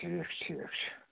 ٹھیٖک چھُ ٹھیٖک چھُ